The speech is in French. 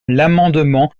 l’amendement